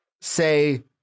say